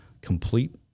complete